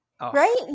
Right